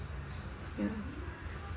ya